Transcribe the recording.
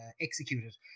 executed